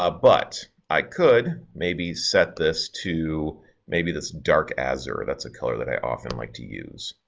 ah but i could maybe set this to maybe this dark azure, that's a color that i often like to use.